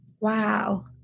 wow